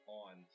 on